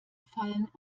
fallen